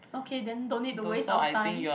okay then don't need to waste our time